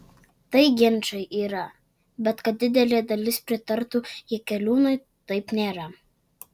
tai ginčai yra bet kad didelė dalis pritartų jakeliūnui taip nėra